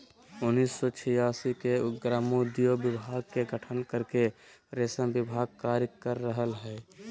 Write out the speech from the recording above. उन्नीस सो छिआसी मे ग्रामोद्योग विभाग के गठन करके रेशम विभाग कार्य कर रहल हई